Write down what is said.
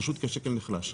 פשוט כי השקל נחלש.